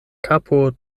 kapo